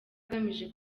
agamije